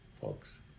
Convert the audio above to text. folks